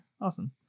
awesome